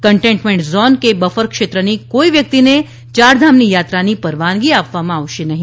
containment zone કે બફરક્ષેત્રની કોઇ વ્યકિતને ચારધામની યાત્રાની પરવાનગી આપવામાં આવશે નહી